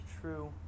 true